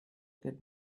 good